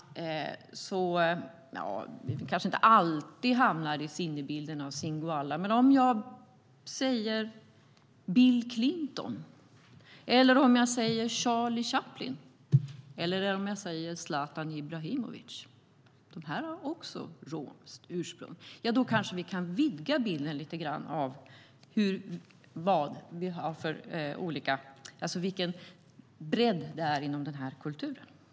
Vi kanske inte alltid hamnar i sinnebilden av Singoalla, men hur är det om jag säger Bill Clinton, Charlie Chaplin eller Zlatan Ibrahimovic? De har också romskt ursprung. Då kanske vi kan vidga bilden lite grann och se vilken bredd det är i den kulturen. Herr talman!